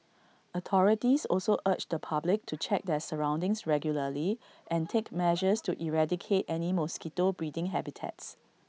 authorities also urge the public to check their surroundings regularly and take measures to eradicate any mosquito breeding habitats